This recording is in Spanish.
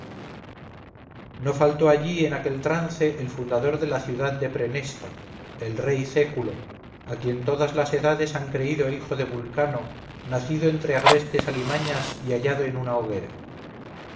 no faltó allí en aquel trance el fundador de la ciudad de prenesta el rey céculo a quien todas las edades han creído hijo de vulcano nacido entre agrestes alimañas y hallado en una hoguera